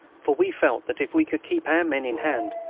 for we felt that if we could keep our men in hand,